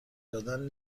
دادن